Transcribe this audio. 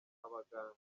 abaganga